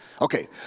Okay